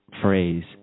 phrase